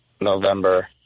November